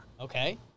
Okay